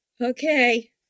okay